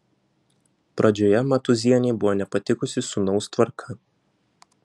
pradžioje matūzienei buvo nepatikusi sūnaus tvarka